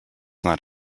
not